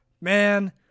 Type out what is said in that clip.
Man